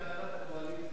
אדוני היושב-ראש,